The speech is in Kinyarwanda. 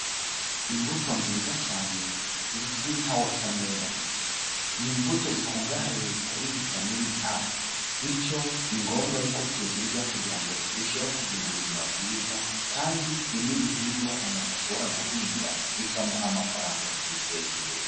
Imbuto nziza cyane zizwi nka wotameroni. Ni imbuto zikungahaye kuri vitamine A bityo ni ngombwa yuko tuzirya kugira ngo turusheho kugira ubuzima bwiza kandi ni n'ibihingwa umuntu ashobora guhinga bikamuha amafaranga akiteza imbere.